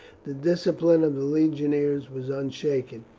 the discipline of the legionaries was unshaken,